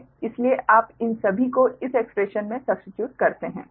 इसलिए आप इन सभी को इस एक्स्प्रेशन में सब्स्टीट्यूट करते हैं